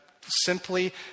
simply